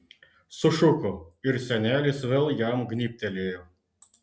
sušuko ir senelis vėl jam gnybtelėjo